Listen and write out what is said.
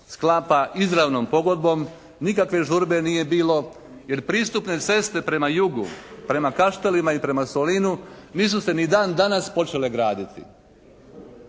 sklapa izravnom pogodbom. Nikakve žurbe nije bilo. Jer pristupne ceste prema jugu, prema Kaštelima i prema Solinu nisu se ni dan danas počele graditi.